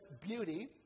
beauty